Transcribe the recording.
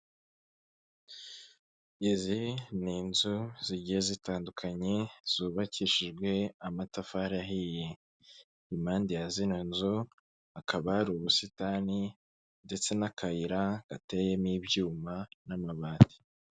Izi ni inzu zigiye zitandukanye zubakishijwe amatafari ahiye, impande ya zino nzu hakaba hari ubusitani ndetse n'akayira gateyemo ibyuma n'amabati.